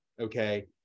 okay